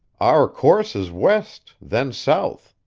our course is west, then south.